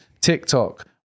TikTok